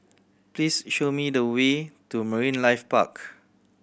please show me the way to Marine Life Park